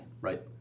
Right